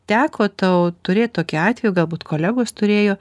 teko tau turėt tokį atvejį o galbūt kolegos turėjo